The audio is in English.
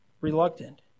reluctant